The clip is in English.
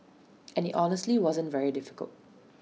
and IT honestly wasn't very difficult